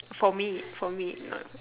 for me for me not